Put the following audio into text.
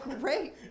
great